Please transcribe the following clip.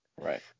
Right